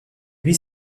huit